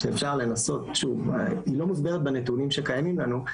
היא לא מוסברת בנתונים שקיימים לנו,